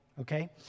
Okay